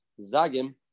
Zagim